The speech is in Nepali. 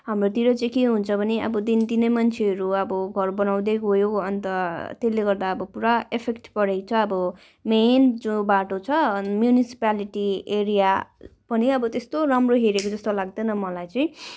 हाम्रोतिर चाहिँ के हुन्छ भने अब दिनदिनै मान्छेहरू अब घर बनाउँदै गयो अन्त त्यसले गर्दा अब पुरा एफेक्ट परेको छ अब मेन जो बाटो छ म्युनिसिप्यालेटी एरिया पनि अब त्यस्तो राम्रो हेरेको जस्तो लाग्दैन मलाई चाहिँ